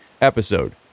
episode